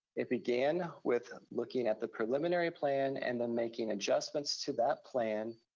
it began with looking at the preliminary plan, and then making adjustments to that plan,